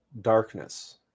darkness